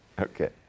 Okay